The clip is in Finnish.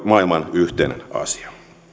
maailman yhteinen asia